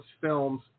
films